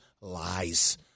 lies